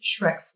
Shrek